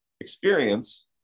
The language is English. experience